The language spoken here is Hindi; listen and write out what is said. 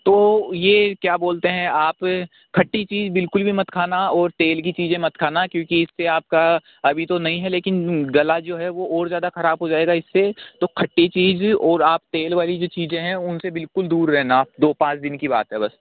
तो यह क्या बोलते हैं आप खट्टी चीज़ बिल्कुल भी मत खाना और तेल की चीज़ें मत खाना क्योंकि इससे आपका अभी तो नहीं है लेकिन गला जो है और ज़्यादा खराब हो जाएगा इससे तो खट्टी चीज़ और आप तेल वाली जो चीज़ें हैं उनसे बिल्कुल दूर रहना दो पाँच दिन की बात है बस